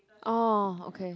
oh okay